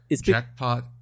Jackpot